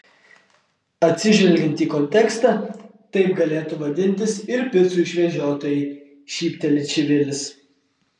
atsižvelgiant į kontekstą taip galėtų vadintis ir picų išvežiotojai šypteli čivilis